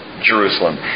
Jerusalem